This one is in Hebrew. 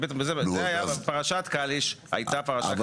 זה היה, פרשת קליש הייתה פרשה כזו.